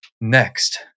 Next